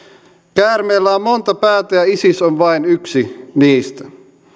käärmeellä on monta päätä ja isis on vain yksi niistä